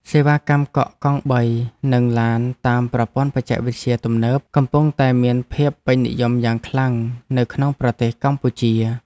សេវាកម្មកក់កង់បីនិងឡានតាមប្រព័ន្ធបច្ចេកវិទ្យាទំនើបកំពុងតែមានភាពពេញនិយមយ៉ាងខ្លាំងនៅក្នុងប្រទេសកម្ពុជា។